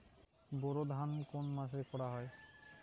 বোরো ধান কোন মাসে করা হয়?